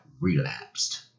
relapsed